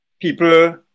people